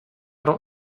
don’t